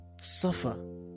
suffer